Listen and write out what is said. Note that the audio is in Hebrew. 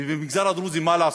ובמגזר הדרוזי, מה לעשות,